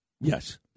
Yes